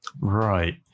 Right